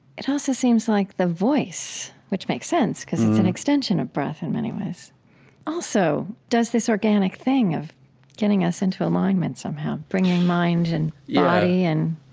it also seems like the voice which makes sense, because it's an extension of breath in many ways also does this organic thing of getting us into alignment somehow, bringing mind and body and,